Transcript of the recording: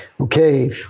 Okay